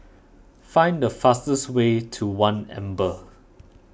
find the fastest way to one Amber